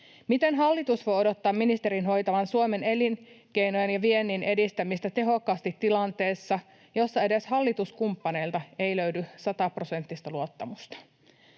Miten hallitus voi odottaa ministerin hoitavan Suomen elinkeinojen ja viennin edistämistä tehokkaasti tilanteessa, jossa edes hallituskumppaneilta ei löydy sataprosenttista luottamusta?